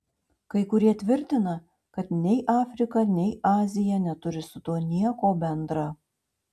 kai kurie tvirtina kad nei afrika nei azija neturi su tuo nieko bendra